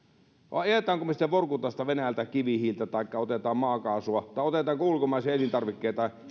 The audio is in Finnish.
ajammeko me sitten vorkutasta venäjältä kivihiiltä taikka otammeko maakaasua tai otammeko ulkomaisia elintarvikkeita